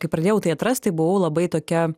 kai pradėjau tai atrast buvau labai tokia